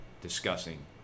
discussing